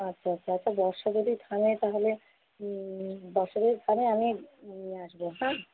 আচ্ছা আচ্ছা আচ্ছা বর্ষাকালে তা মানে বছরে এখানে অনেক